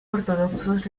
ortodoxos